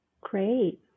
Great